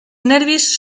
nervis